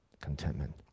contentment